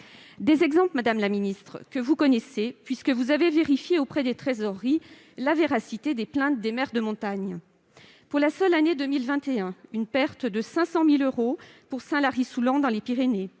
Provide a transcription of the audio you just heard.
Ces exemples, madame la ministre, vous les connaissez puisque vous avez vérifié auprès des trésoreries la véracité des plaintes des maires de communes de montagne. Pour la seule année 2021, une perte de 500 000 euros pour Saint-Lary-Soulan, dans les Hautes-Pyrénées